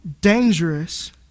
dangerous